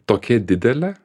tokia didelė